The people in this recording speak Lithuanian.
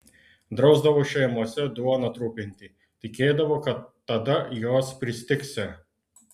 drausdavo šeimose duoną trupinti tikėdavo kad tada jos pristigsią